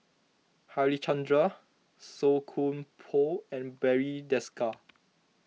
Harichandra Song Koon Poh and Barry Desker